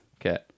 Okay